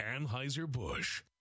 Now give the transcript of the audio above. Anheuser-Busch